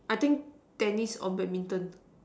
I think tennis or badminton